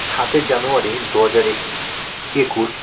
সাতের জানুয়ারি দুহাজার একুশ